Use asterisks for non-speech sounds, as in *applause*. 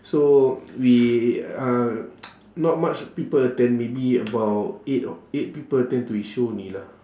so we uh *noise* not much people attend maybe about eight eight people attend to his show only lah